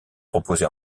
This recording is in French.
proposé